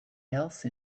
else